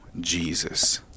Jesus